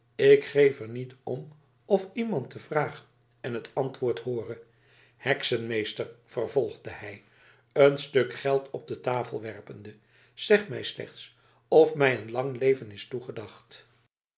ik geef er niet om of iemand de vraag en het antwoord hoore heksenmeester vervolgde hij een stuk geld op de tafel werpende zeg mij slechts of mij een lang leven is toegedacht